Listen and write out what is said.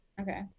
okay